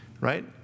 Right